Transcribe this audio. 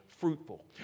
fruitful